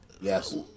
Yes